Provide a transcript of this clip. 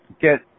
get –